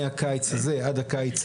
מהקיץ הזה עד הקיץ הבא.